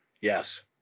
Yes